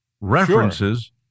references